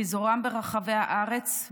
פיזורם ברחבי הארץ,